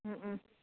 ꯎꯝ ꯎꯝ